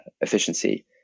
efficiency